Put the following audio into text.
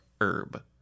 herb